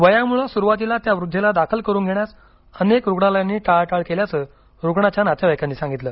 वयामुळे सुरुवातीला त्या वृद्धेला दाखल करून घेण्यास अनेक रुग्णालयांनी टाळाटाळ केल्याचं रुग्णाच्या नातेवाईकांनी सांगितलं